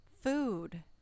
Food